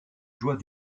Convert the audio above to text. joie